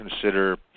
consider